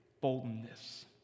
boldness